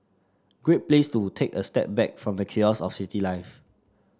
great place to take a step back from the chaos of city life